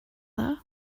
dda